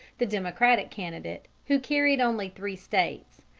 the democratic candidate, who carried only three states.